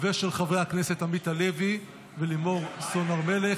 ושל חברי הכנסת עמית הלוי ולימור סון הר מלך.